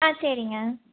ஆ சரிங்க